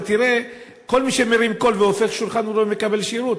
אתה תראה שכל מי שמרים קול והופך שולחן מקבל שירות,